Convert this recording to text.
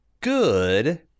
good